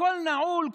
הכול נעול,